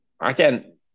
again